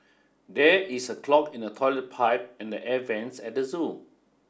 there is a clog in the toilet pipe and the air vents at the zoo